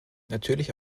natürlich